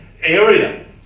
area